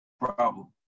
problem